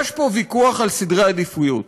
יש פה ויכוח על סדר עדיפויות.